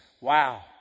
Wow